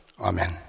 Amen